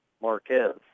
Marquez